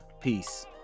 peace